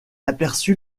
aperçut